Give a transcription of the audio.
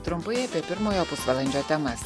trumpai apie pirmojo pusvalandžio temas